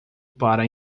para